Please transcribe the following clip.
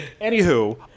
Anywho